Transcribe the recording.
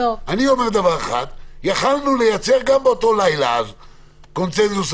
אני אומר דבר אחד: גם באותו לילה יכולנו להגיע לקונצנזוס,